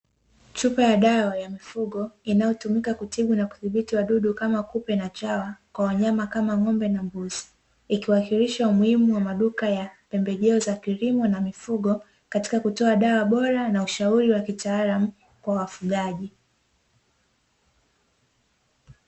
Chupa ya dawa ya mifugo inayo tumika kutibu na kudhibiti wadudu kama kupe na chwa kwa wanyama kama ng'ombe na mbuzi, ikiwakilisha umuhimu wa maduka ya pembejeo za kilimo na mifugo, katika kutoa dawa bora na ushauri wa kitaalamu kwa wafugaji.